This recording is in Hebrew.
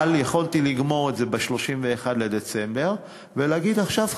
אבל יכולתי לגמור את זה ב-31 בדצמבר ולהגיד: עכשיו,